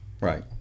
Right